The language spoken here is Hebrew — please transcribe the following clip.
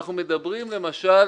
שאנחנו מדברים, למשל